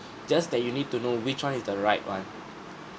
just that you need to know which one is the right one